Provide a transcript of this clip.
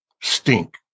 stink